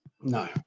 No